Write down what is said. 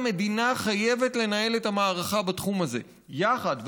המדינה חייבת לנהל את המערכה בתחום הזה יחד,